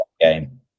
game